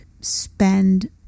spend